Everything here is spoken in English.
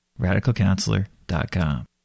RadicalCounselor.com